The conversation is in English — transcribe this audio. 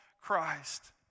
Christ